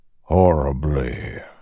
Horribly